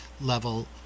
level